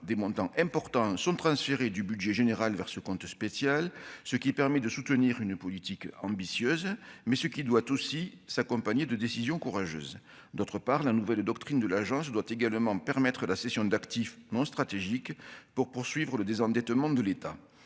des montants importants sont transférés du budget général vers ce compte spécial, ce qui permet de soutenir une politique ambitieuse, mais ce qu'il doit aussi s'accompagner de décision courageuse, d'autre part, la nouvelle doctrine de l'agence doit également permettre la cession d'actifs non stratégiques pour poursuivre le désendettement de l'État,